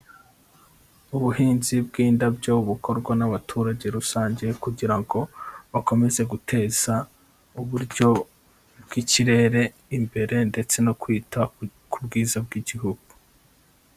Ubuhinzi bw'indabyo bukorwa n'abaturage rusange kugira ngo bakomeze guteza uburyo bw'ikirere imbere ndetse no kwita ku bwiza bw'igihugu.